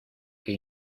que